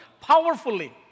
powerfully